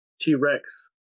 T-Rex